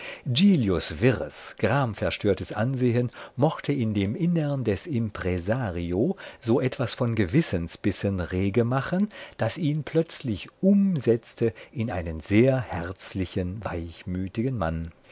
wirres gramverstörtes ansehen mochte in dem innern des impresario so etwas von gewissensbissen rege machen das ihn plötzlich umsetzte in einen sehr herzlichen weichmütigen mann